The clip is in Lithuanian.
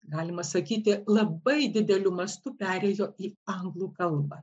galima sakyti labai dideliu mastu perėjo į anglų kalbą